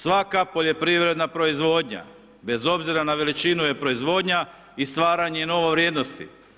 Svaka poljoprivredna proizvodnja, bez obzira na veličinu, je proizvodnja, i stvaranje nove vrijednosti.